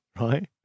Right